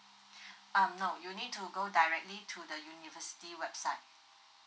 um no you need to go directly to the university website